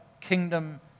kingdom